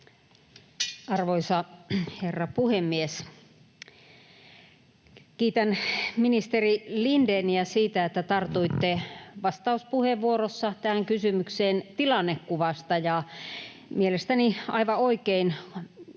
Arvoisa herra puhemies! Kiitän ministeri Lindéniä siitä, että tartuitte vastauspuheenvuorossa tähän kysymykseen tilannekuvasta, ja mielestäni aivan oikein